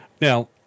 Now